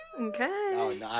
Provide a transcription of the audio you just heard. Okay